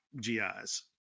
GIs